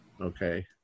Okay